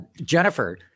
Jennifer